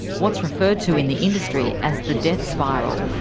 what's referred to in the industry as the death spiral.